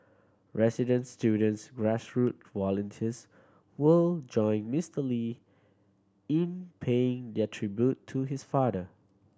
residents students volunteers will join Mister Lee in paying their tribute to his father